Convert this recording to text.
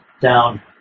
down